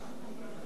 אני רוצה להסביר.